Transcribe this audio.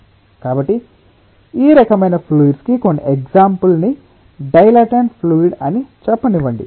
కాబట్టి ఈ రకమైన ఫ్లూయిడ్స్ కి కొన్ని ఎగ్సాంపుల్ ని డైలాటెంట్ ఫ్లూయిడ్ అని చెప్పనివ్వండి